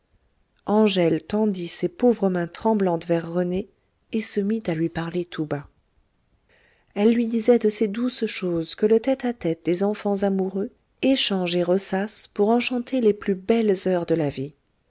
angèle tendit ses pauvres mains tremblantes vers rené et se mit à lui parler tout bas elle lui disait de ces douces choses que le tête-à-tête des enfants amoureux échange et ressasse pour enchanter les plus belles heures de la vie